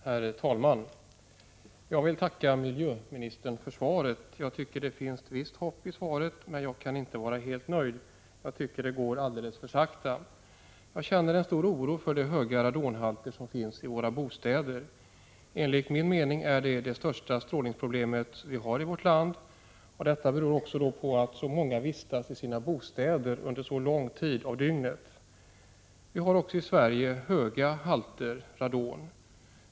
Herr talman! Jag vill tacka miljöministern för svaret. Jag tycker att det finns ett visst hopp i svaret, men jag kan inte vara helt nöjd. Jag tycker att det går alldeles för sakta. Jag känner en stor oro för de höga radonhalter som finns i våra bostäder. Enligt min mening är detta det största strålningsproblem som vi har i vårt land. Det beror också på att så många vistas i sina bostäder under så lång tid av dygnet. Vi har också i Sverige höga halter av radon.